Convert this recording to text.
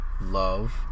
love